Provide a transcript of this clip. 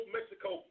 Mexico